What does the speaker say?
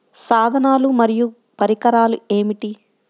సాధనాలు మరియు పరికరాలు ఏమిటీ?